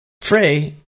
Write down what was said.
Frey